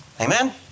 Amen